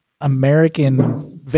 American